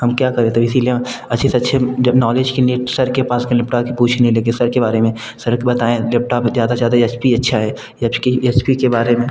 हम क्या करें तो इसीलिए अच्छे से अच्छे जब नॉलेज के लिए सर के पास लेपटॉप की पूछने लगे सर के बारे में सर के बताएँ लैपटॉप में ज़्यादा से ज़्यादा एच पी अच्छा है एच पी के बारे में